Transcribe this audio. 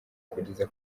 kugeza